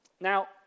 Now